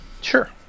sure